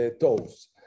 toes